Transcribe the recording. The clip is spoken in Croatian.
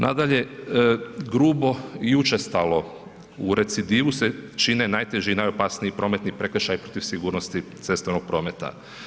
Nadalje, grubo i učestalo u recidivu se čine najteži i najopasniji prometni prekršaji protiv sigurnosti cestovnog prometa.